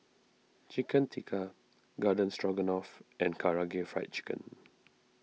Chicken Tikka Garden Stroganoff and Karaage Fried Chicken